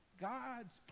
God's